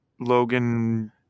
Logan